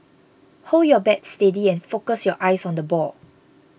hold your bat steady and focus your eyes on the ball